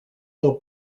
del